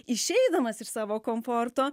išeidamas iš savo komforto